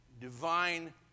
divine